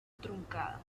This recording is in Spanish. truncada